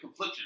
confliction